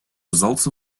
results